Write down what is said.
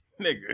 nigga